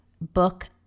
book